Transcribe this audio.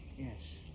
yes.